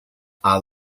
are